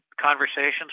conversations